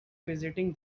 visiting